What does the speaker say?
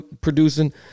producing